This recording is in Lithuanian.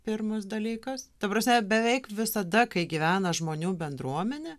pirmas dalykas ta prasme beveik visada kai gyvena žmonių bendruomenė